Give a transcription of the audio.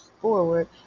forward